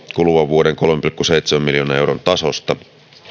kuluvan vuoden kolmen pilkku seitsemän miljoonan euron tasosta